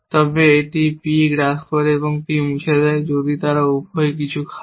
তবে এটি P গ্রাস করে এবং P মুছে দেয় যদি তারা উভয়ই কিছু খায়